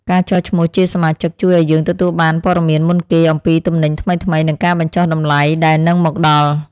ការចុះឈ្មោះជាសមាជិកជួយឱ្យយើងទទួលបានព័ត៌មានមុនគេអំពីទំនិញថ្មីៗនិងការបញ្ចុះតម្លៃដែលនឹងមកដល់។